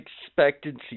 expectancy